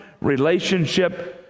relationship